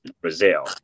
Brazil